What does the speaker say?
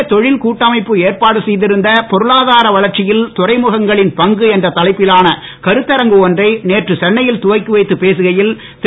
இந்திய தொழில் கூட்டமைப்பு ஏற்பாடு செய்திருந்த பொருளாதார வளர்ச்சியில் துறைமுகங்களின் பங்கு என்ற தலைப்பிலான கருத்தரங்கு ஒன்றை நேற்று சென்னையில் துவக்கி வைத்து பேசுகையில் திரு